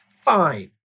Fine